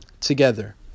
together